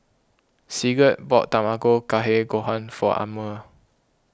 Sigurd bought Tamago Kake Gohan for Amir